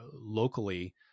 locally